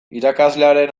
irakaslearen